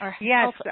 Yes